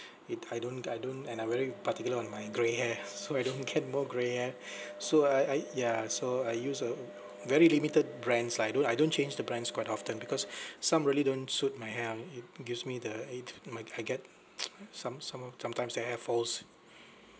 it I don't I don't and I very particular on my gray hair so I don't get more gray hair so I I ya so I use uh very limited brands lah I don't I don't change the brands quite often because some really don't suit my hair ah it gives me the it might I get some~ some~ uh sometimes the hair falls